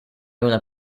una